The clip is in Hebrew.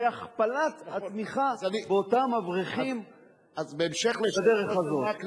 הכפלת התמיכה באותם אברכים בדרך הזאת.